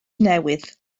newydd